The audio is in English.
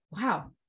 wow